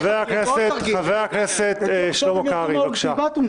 חבר הכנסת שלמה קרעי, בבקשה.